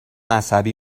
عصبی